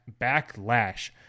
Backlash